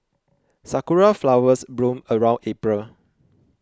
sakura flowers bloom around April